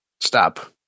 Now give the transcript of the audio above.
stop